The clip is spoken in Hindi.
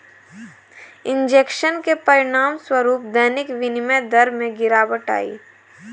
इंजेक्शन के परिणामस्वरूप दैनिक विनिमय दर में गिरावट आई